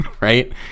right